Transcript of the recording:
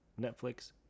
Netflix